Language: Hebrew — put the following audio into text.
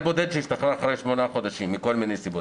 שהשתחרר אחרי שמונה חודשים מכל מיני סיבות,